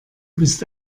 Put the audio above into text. bist